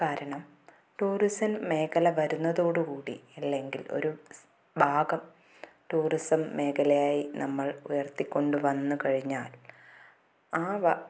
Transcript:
കാരണം ടൂറിസം മേഖല വരുന്നതോടുകൂടി അല്ലെങ്കിൽ ഒരു ഭാഗം ടൂറിസം മേഖലയായി നമ്മൾ ഉയർത്തിക്കൊണ്ടുവന്നു കഴിഞ്ഞാൽ ആ